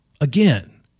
Again